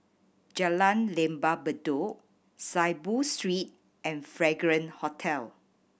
Jalan Lembah Bedok Saiboo Street and Fragrance Hotel